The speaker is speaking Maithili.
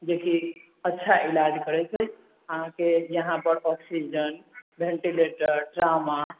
जेकी अच्छा ईलाज करै छै अहाँकेॅं यहाँपर ऑक्सीजन भेन्टिलेटर ट्रामा